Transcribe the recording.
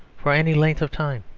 for any length of time,